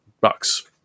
bucks